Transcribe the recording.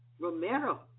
Romero